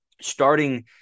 Starting